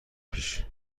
پیش